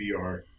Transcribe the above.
VR